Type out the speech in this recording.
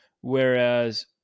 whereas